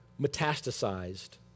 metastasized